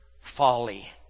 folly